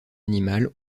animale